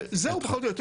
זהו פחות או יותר.